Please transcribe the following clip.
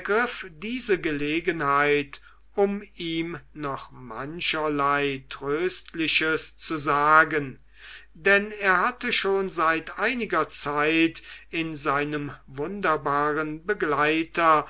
diese gelegenheit um ihm noch mancherlei tröstliches zu sagen denn er hatte schon seit einiger zeit in seinem wunderbaren begleiter